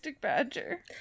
Badger